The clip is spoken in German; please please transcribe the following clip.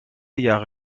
jahre